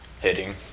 Hitting